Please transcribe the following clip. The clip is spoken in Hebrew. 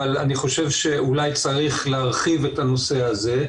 אבל אני חושב שאולי צריך להרחיב את הנושא הזה,